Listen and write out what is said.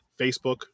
Facebook